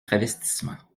travestissement